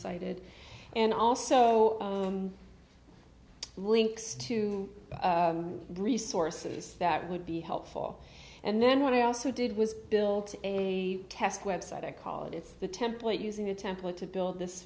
cited and also links to resources that would be helpful and then one i also did was build a test website i call it it's the template using a template to build this